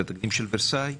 התקדים של ורסאי.